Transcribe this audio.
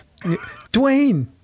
Dwayne